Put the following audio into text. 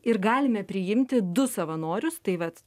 ir galime priimti du savanorius tai vat